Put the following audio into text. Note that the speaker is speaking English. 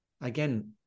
again